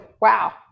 wow